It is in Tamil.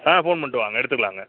ஆ ஃபோன் பண்ணிட்டு வாங்க எடுத்துடலாங்க